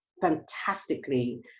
fantastically